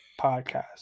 podcast